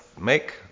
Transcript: Make